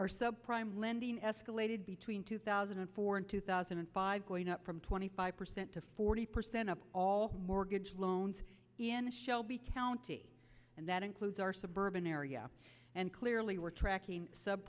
subprime lending escalated between two thousand and four and two thousand and five going up from twenty five percent to forty percent of all mortgage loans in shelby county and that includes our suburban area and clearly we're tracking sub